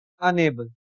unable